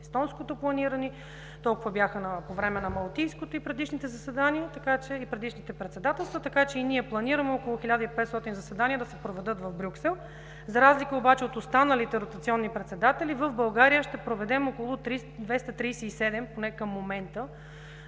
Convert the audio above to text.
естонското, толкова бяха по време на малтийското и на предишните председателства, така че и ние планираме около 1500 заседания да се проведат в Брюксел. За разлика от останалите ротационни председатели, в България ще проведем около 237. Поне към момента